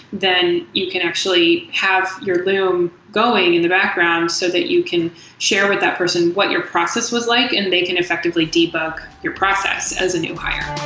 then you can actually have your loom going in the background so that you can share with that person what your process was like and they can ineffectively debug your process as a new hire.